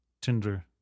tinder